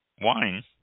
wine